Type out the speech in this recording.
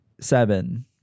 seven